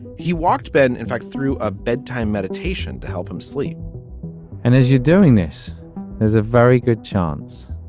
he walked ben, in fact, through a bedtime meditation to help him sleep and as you're doing, this is a very good chance